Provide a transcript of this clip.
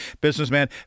businessman